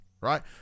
right